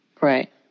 right